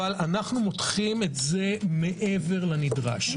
אבל אנחנו מותחים את זה מעבר לנדרש.